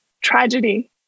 tragedy